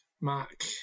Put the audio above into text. Mark